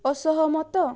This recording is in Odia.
ଅସହମତ